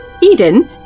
Eden